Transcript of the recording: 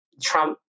Trump